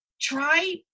try